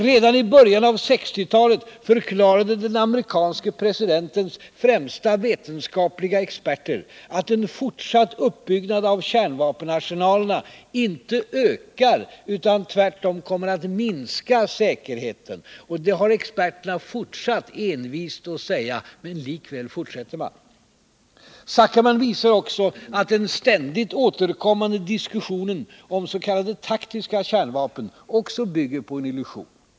Redan i början av 1960-talet förklarade den amerikanske presidentens främsta vetenskapliga experter att en fortsatt utbyggnad av kärnvapenarsenalerna inte ökar utan tvärtom kommer att minska säkerheten. Det har experterna också envist fortsatt att säga, men likväl fortsätter man. Zuckermann visar vidare att också den ständigt återkommande diskussionen om s.k. taktiska kärnvapen bygger på en illusion.